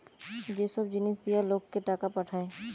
যে সব জিনিস দিয়া লোককে টাকা পাঠায়